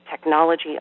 technology